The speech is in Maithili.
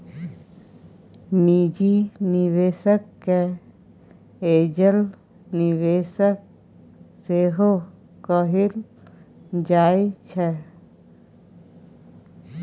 निजी निबेशक केँ एंजल निबेशक सेहो कहल जाइ छै